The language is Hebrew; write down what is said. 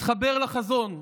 התחבר לחזון,